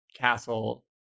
castle